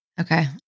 Okay